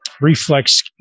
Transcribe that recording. reflex